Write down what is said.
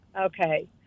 Okay